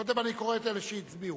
קודם אני קורא את אלה שהצביעו,